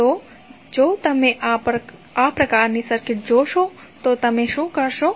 તો જો તમે આ પ્રકારની સર્કિટ જોશો તો તમે શું કરશો